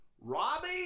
Robbie